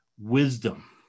wisdom